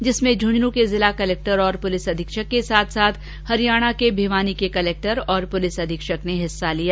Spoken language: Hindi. जिसमें झुंझुनू कलेक्टर और पुलिस अधीक्षक के साथ साथ हरियाणा के भिवानी के कलेक्टर और पुलिस ्अघीक्षक ने भी हिस्सा लिया